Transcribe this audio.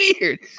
weird